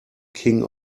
king